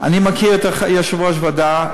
אני מכיר את יושב-ראש הוועדה,